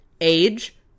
age